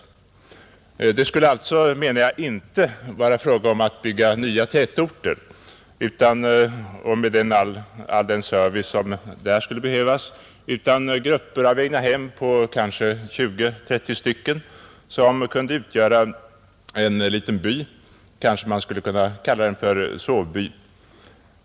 Det skulle alltså, menar jag, inte vara fråga om att bygga nya tätorter med all den service som där skulle behövas utan grupper av egnahem — kanske 20—30 stycken, som kunde utgöra en liten by. Kanske man skulle kunna kalla den för sovby.